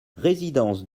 résidence